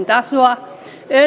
tasoa